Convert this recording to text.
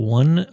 one